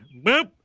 well,